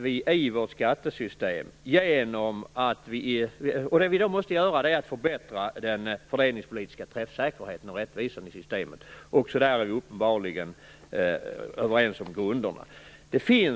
Vi måste förbättra den fördelningspolitiska träffsäkerheten och rättvisan i systemet. Också där är vi uppenbarligen överens om grunderna.